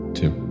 two